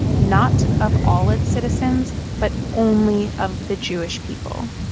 not of all its citizens but only of the jewish people,